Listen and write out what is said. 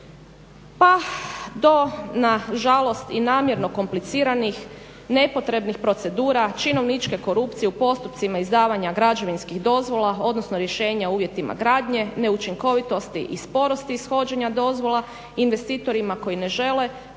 Pa to na žalost i namjerno kompliciranih nepotrebnih procedura činovničke korupcije u postupcima izdavanja građevinskih dozvola odnosno rješenja u uvjetima gradnje, neučinkovitosti i sporosti ishođenja dozvola investitorima koji ne žele